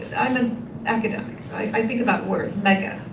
i'm an academic, i think about words. mega,